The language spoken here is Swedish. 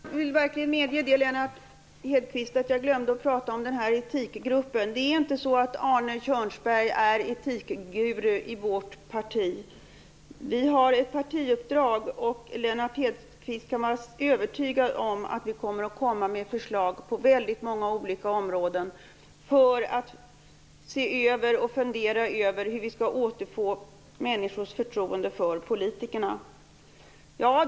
Herr talman! Jag vill verkligen medge, Lennart Hedquist, att jag glömde att prata om etikgruppen. Det är inte så att Arne Kjörnsberg är etikguru i vårt parti. Vi har ett partiuppdrag. Lennart Hedquist kan vara övertygad om att vi kommer att lägga fram förslag på väldigt många olika områden där det gäller att se över och fundera på hur vi skall återfå människors förtroende för politikerna.